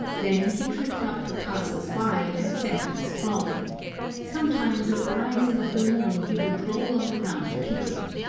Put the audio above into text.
then he tripped up the passers-by, and sent them sprawling sometimes at the rising of the moon he would roll on the ground kicking.